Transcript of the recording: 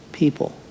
people